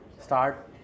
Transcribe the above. start